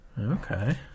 Okay